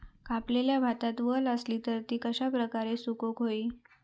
कापलेल्या भातात वल आसली तर ती कश्या प्रकारे सुकौक होई?